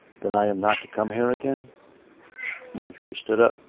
then i am not to come here again marjorie stood up.